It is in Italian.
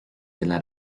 della